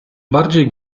bardziej